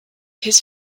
his